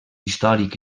històric